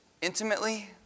intimately